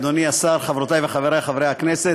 אדוני השר, חברותיי וחבריי חברי הכנסת,